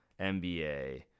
NBA